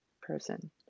person